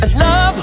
love